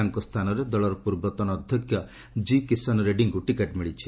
ତାଙ୍କ ସ୍ଥାନରେ ଦଳର ପୂର୍ବତନ ଅଧ୍ୟକ୍ଷ କି କିଶନ୍ ରେଡ୍ରୀଙ୍କୁ ଟିକେଟ୍ ମିଳିଛି